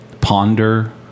ponder